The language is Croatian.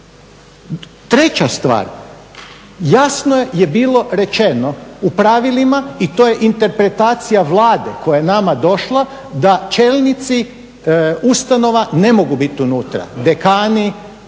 Treća stvar, jasno je bilo rečeno u pravilima i to je interpretacija Vlade koja je nama došla, da čelnici ustanova ne mogu biti unutra, dekani,